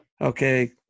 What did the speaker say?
Okay